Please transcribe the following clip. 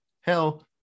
Hell